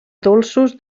dolços